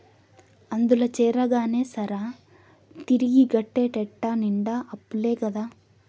అందుల చేరగానే సరా, తిరిగి గట్టేటెట్ట నిండా అప్పులే కదా